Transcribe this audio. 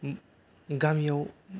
गामियाव